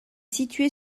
situé